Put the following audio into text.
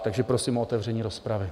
Takže prosím o otevření rozpravy.